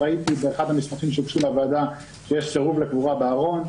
ראית באחד המסמכים שהוגשו לוועדה שיש סירוב לקבורה בארון.